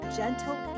gentle